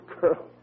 girl